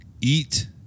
eat